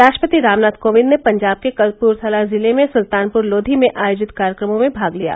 राष्ट्रपति रामनाथ कोविंद ने पंजाब के कपूख्यला जिले में सुल्तानपुर लोघी में आयोजित कार्यक्रमों में भाग लिया